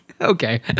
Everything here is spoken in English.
okay